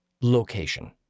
location